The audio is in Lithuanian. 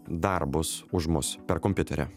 darbus už mus per kompiuterį